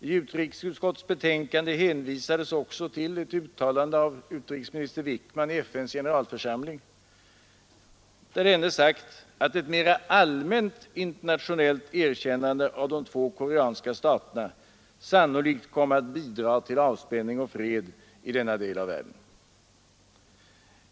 I utrikesutskottets betänkande hänvisades också till ett uttalande av utrikesminister Wickman i FN:s generalförsamling, där denne sagt att ett mera allmänt internationellt erkännande av de två koreanska staterna sannolikt komme att bidra till avspänning och fred i denna del av världen.